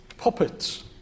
Puppets